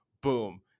boom